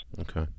Okay